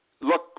Look